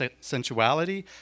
sensuality